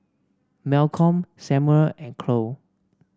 Malcolm Samuel and Khloe